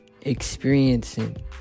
Experiencing